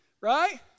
right